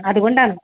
അതുകൊണ്ടാണ്